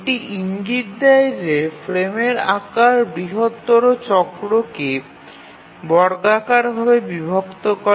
এটি ইঙ্গিত দেয় যে ফ্রেমের আকার বৃহত্তর চক্রকে বর্গাকার ভাবে বিভক্ত করে